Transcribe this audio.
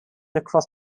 across